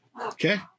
Okay